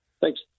Thanks